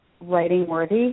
writing-worthy